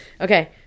Okay